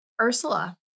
Ursula